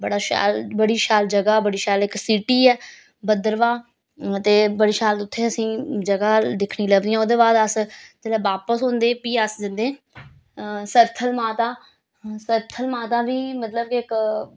बड़ा शैल बड़ी शैल जगह बड़ी शैल इक सिटी ऐ भद्रवाह ते बड़ी शैल उत्थें असेंगी जगह दिक्खने गी लभदियां ओह्दे बाद अस जेल्लै बापस औंदे फ्ही अस जन्दे सरथल माता सरथल माता बी मतलब इक